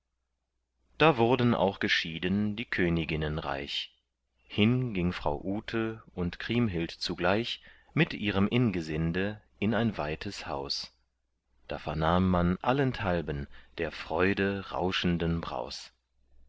da wurden auch geschieden die königinnen reich hin ging frau ute und kriemhild zugleich mit ihrem ingesinde in ein weites haus da vernahm man allenthalben der freude rauschenden braus